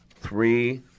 Three